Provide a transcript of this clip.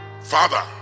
Father